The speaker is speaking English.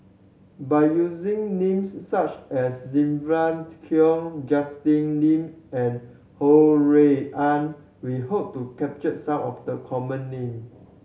by using names such as Sylvia Kho Justin Lean and Ho Rui An we hope to capture some of the common name